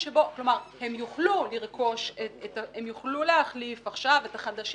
כלומר, הם יוכלו להחליף עכשיו את המכשיר.